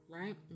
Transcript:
right